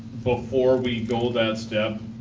before we go that step,